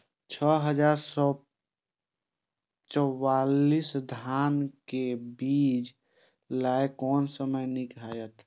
छः हजार चार सौ चव्वालीस धान के बीज लय कोन समय निक हायत?